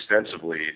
extensively